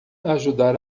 ajudar